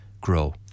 grow